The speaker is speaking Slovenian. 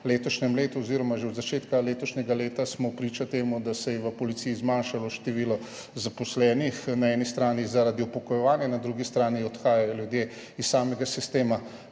letošnjem letu oziroma že od začetka letošnjega leta smo priča temu, da se je v policiji zmanjšalo število zaposlenih, na eni strani zaradi upokojevanja, na drugi strani odhajajo ljudje iz samega sistema